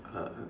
uh